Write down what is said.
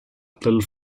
little